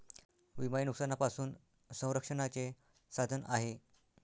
विमा हे नुकसानापासून संरक्षणाचे साधन आहे